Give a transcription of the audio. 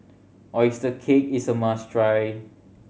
oyster cake is a must try